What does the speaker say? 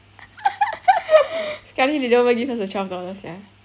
sekali they don't even give us the twelve dollar sia